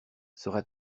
sera